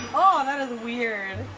ah that is weird!